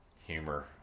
humor